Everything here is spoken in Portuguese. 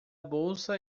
bolsa